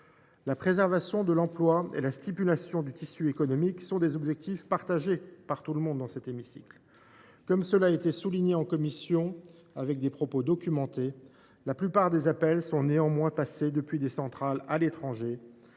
La préservation de l’emploi et la stimulation du tissu économique sont des objectifs partagés par tout le monde dans cet hémicycle. Comme cela a été souligné et documenté en commission, la plupart des appels sont cependant passés depuis des centrales à l’étranger,